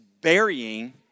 burying